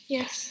Yes